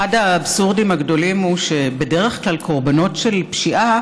אחד האבסורדים הגדולים הוא שבדרך כלל קורבנות של פשיעה